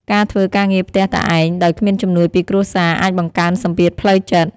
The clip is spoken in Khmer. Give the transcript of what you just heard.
ការធ្វើការងារផ្ទះតែឯង ដោយគ្មានជំនួយពីគ្រួសារអាចបង្កើនសំពាធផ្លូវចិត្ត។